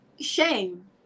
shame